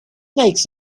makes